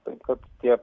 taip kad tie